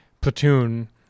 platoon